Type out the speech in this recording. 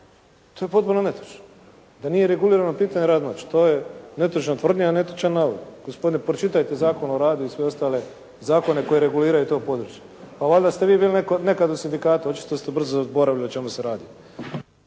To je potpuno netočno da nije regulirano pitanje rada noću. To je netočna tvrdnja, netočan navod. Gospodine pročitajte Zakon o radu i sve ostale zakone koji reguliraju to područje. A valjda ste vi bili nekada u sindikatu. Očito ste brzo zaboravili o čemu se radi.